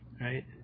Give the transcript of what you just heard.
Right